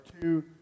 two